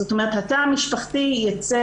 זאת אומרת, התא המשפחתי יצא